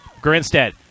Grinstead